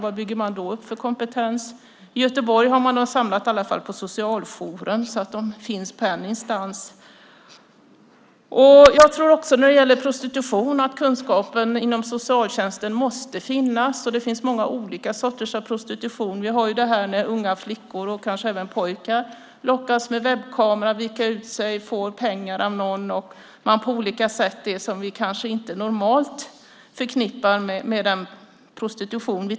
Vad bygger man då upp för kompetens? I Göteborg har man i alla fall samlat dessa ärenden hos socialjouren, så att de finns i en instans. När det gäller prostitution tror jag att kunskapen inom socialtjänsten måste finnas. Det finns många olika sorters prostitution. Det handlar till exempel om unga flickor, och kanske även pojkar, som med webbkamera lockas att vika ut sig och får pengar av någon. Det är sådant som vi kanske inte normalt förknippar med prostitution.